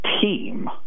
team